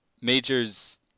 Major's